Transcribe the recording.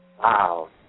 Wow